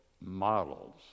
models